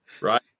right